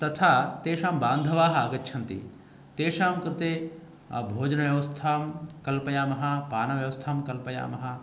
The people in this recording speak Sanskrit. तथा तेषां बान्धवाः आगच्छन्ति तेषां कृते भोजनव्यवस्थां कल्पयामः पानव्यवस्थां कल्पयामः